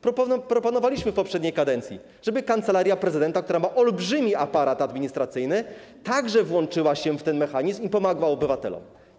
Proponowaliśmy w poprzedniej kadencji, żeby Kancelaria Prezydenta, która ma olbrzymi aparat administracyjny, także włączyła się w ten mechanizm i pomogła obywatelom.